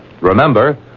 Remember